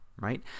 right